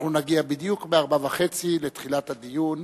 אנחנו נגיע בדיוק ב-16:30 לתחילת הדיון.